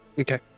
Okay